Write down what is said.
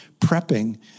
prepping